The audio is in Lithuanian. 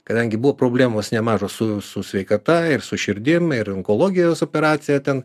kadangi buvo problemos nemažos su su sveikata ir su širdim ir onkologijos operacija ten